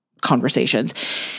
conversations